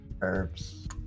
herbs